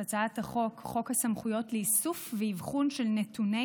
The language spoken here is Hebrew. הצעת חוק סמכויות לאיסוף ואבחון של נתוני